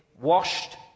washed